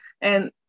And-